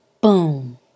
Boom